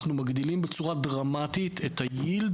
אנחנו מגדילים בצורה דרמטית את התשואה